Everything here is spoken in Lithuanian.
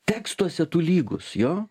tekstuose tu lygus jo